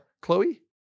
Chloe